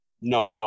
No